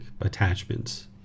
attachments